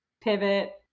pivot